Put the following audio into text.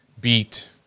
beat